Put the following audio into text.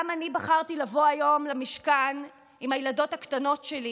גם אני בחרתי לבוא היום למשכן עם הילדות הקטנות שלי,